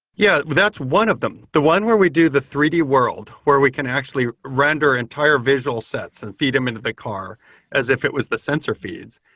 yeah, that's one of them. the one where we do the three d world where we can actually render entire visual sets and feed them into the car as if it was the sensor feeds.